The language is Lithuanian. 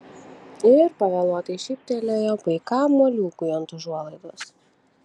ir pavėluotai šyptelėjo paikam moliūgui ant užuolaidos